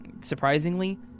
Surprisingly